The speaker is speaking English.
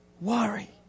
worry